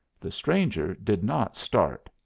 the stranger did not start.